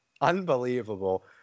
unbelievable